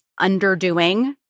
underdoing